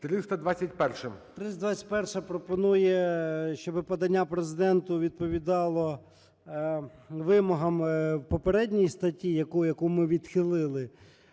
321-а пропонує, щоби подання Президенту відповідало вимогам попередньої статті, яку ми відхилили.